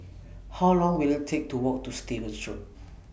How Long Will IT Take to Walk to Stevens Road